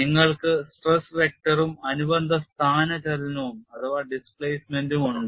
നിങ്ങൾക്ക് സ്ട്രെസ് വെക്ടറും അനുബന്ധ സ്ഥാനചലനവും ഉണ്ട്